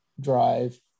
Drive